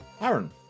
aaron